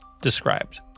described